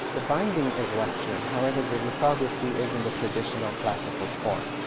the binding is western. however, the lithography is in the traditional classical form.